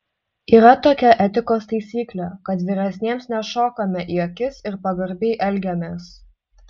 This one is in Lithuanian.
yra tokia etikos taisyklė kad vyresniems nešokame į akis ir pagarbiai elgiamės